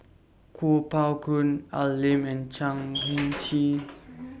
Kuo Pao Kun Al Lim and Chan Heng Chee